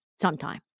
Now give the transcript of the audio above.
sometime